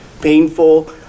Painful